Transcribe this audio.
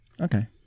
Okay